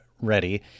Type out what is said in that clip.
ready